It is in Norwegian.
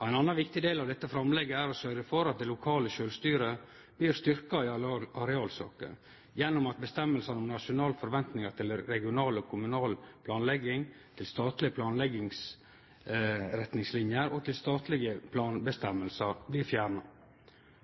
Ein annan viktig del av dette framlegget er å sørgje for at det lokale sjølvstyret blir styrkt i arealsaker, gjennom at føresegnene om nasjonale forventningar til regional og kommunal planlegging, til statlege planleggingsretningslinjer og til statlege planføresegner blir fjerna.